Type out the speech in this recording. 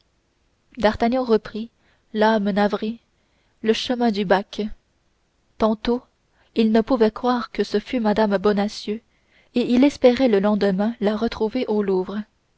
d'artagnan reprit l'âme navrée le chemin du bac tantôt il ne pouvait croire que ce fût mme bonacieux et il espérait le lendemain la retrouver au louvre